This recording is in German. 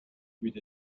würde